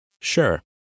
Sure